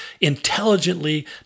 intelligently